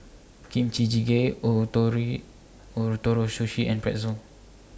Kimchi Jjigae Ootoro Sushi and Pretzel